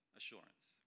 assurance